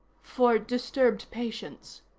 for disturbed patients.